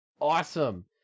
awesome